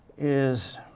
is